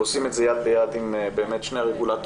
ועושים את זה יד ביד עם באמת שני הרגולטורים